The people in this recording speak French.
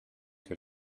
que